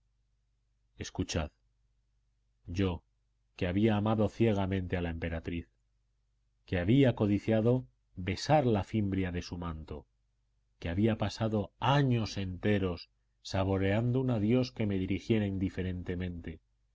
escuchad yo que había amado ciegamente a la emperatriz que había codiciado besar la fimbria de su manto que había pasado años enteros saboreando un adiós que me dirigiera indiferentemente